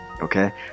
Okay